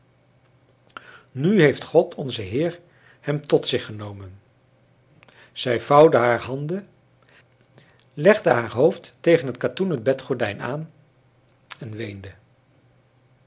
nu heeft god onze heer hem tot zich genomen zij vouwde haar handen legde haar hoofd tegen het katoenen bedgordijn aan en weende